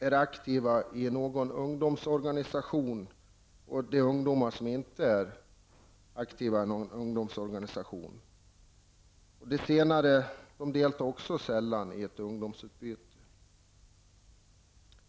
är aktiva i någon ungdomsorganisation och de ungdomar som inte är det. De senare deltar också sällan i ett ungdomsutbyte.